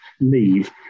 leave